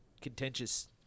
contentious